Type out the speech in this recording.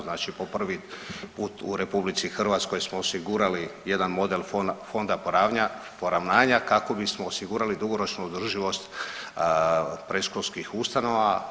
Znači po prvi put u RH smo osigurali jedan model fonda poravnanja kako bismo osigurali dugoročnu održivost predškolskih ustanova.